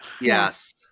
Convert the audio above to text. Yes